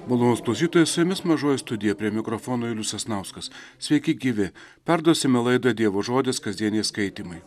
malonūs klausytojai su jumis mažoji studija prie mikrofono julius sasnauskas sveiki gyvi perduosime laidai dievo žodis kasdieniai skaitymai